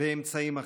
באמצעים אחרים.